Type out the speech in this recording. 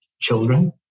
children